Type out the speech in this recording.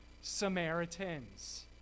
Samaritans